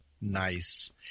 Nice